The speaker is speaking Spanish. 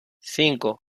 cinco